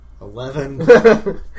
Eleven